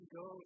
go